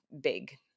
Big